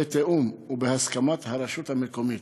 בתיאום ובהסכמת הרשות המקומית.